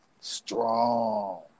strong